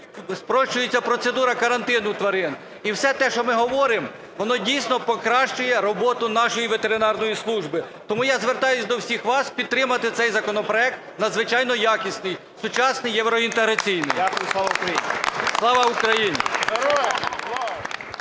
спрощується процедура карантину тварин і все те, що ми говоримо, воно дійсно покращує роботу нашої ветеринарної служби. Тому я звертаюся до всіх вас підтримати цей законопроект надзвичайно якісний, сучасний, євроінтеграційний. Слава Україні!